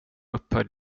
upphör